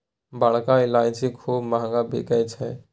बड़का ईलाइची खूबे महँग बिकाई छै